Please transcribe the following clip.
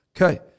Okay